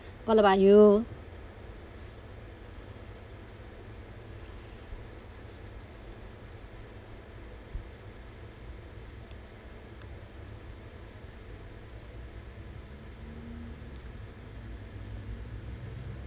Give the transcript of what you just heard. what about you